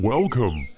Welcome